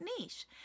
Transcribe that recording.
niche